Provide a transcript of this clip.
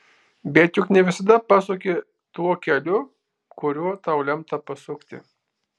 bet juk ne visada pasuki tuo keliu kuriuo tau lemta pasukti